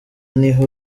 niho